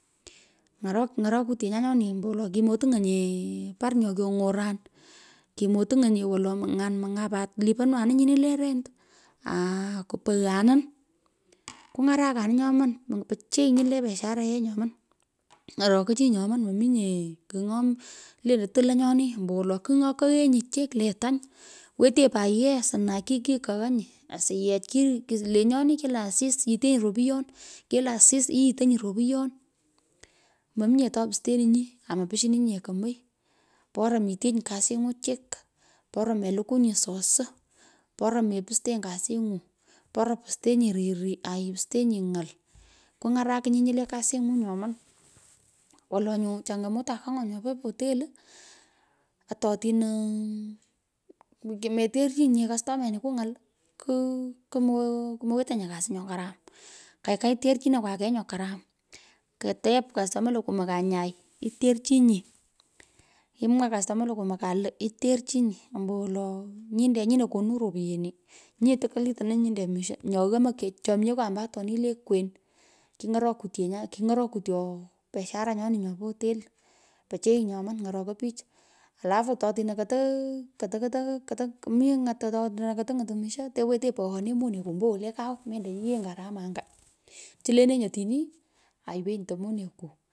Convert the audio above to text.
Ng’orok, ng’onokutyenyan nyoni, ombowolo kimoting'enye par nyo kyong’oran, kimotiny’enye wolo mong'an pat, liponypanin nyini, le rent, aku poanin, kuny’orakinin nyoman pichiy nyi le biashara yee nyoman, ng'orokoi, chi nyomon mominye kigh nyo lentei tuloi nyoni ambowolo kigh nyo koenyi, chik, wetenyi, pat yee asna kikaanyi, asiyech lenyoni. Kila asis yitenyi ropyon, kila asis iyitonyi ropoyon mominye to posteninyi aa mopushini nye kemei, bora mitenyi kasing’u chik, bora melukwunyi, soso bora miteny kasing'u, tora postenyi riri aipustenyi ny’al. Kuny’arakinyi nyi le kasing’u nyoman. Wolo nyu changamoto akong'a nyopo hotel. ato otinoo meterchinyi nye customenikwu ny'al. Kumowetonye kasi nyo karam. Kaikai oterichinokwa kei nyo karam, kotep customer lo komokan nyai iterehinyi. Mwaa customer lo komokan lo, iterchinyi. ombowolo nyinde nyino konu ropyeni, nyi tokwul itononyi nyinde misho, nyo yomoi, chomyekwa ombo atoni, le kwen king’örekutyenyan, king'orokutyo biashara nyoni nyopo hotel pirchiy nyoman. Ny’orokoi pich. alafu to tino kato kate ng’otu misho tewetenyi poone monekuu ombo wole kau mende yienyi gharama anga. Chilenenyi otioni aiwenyi. to menekwu.